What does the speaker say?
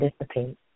dissipate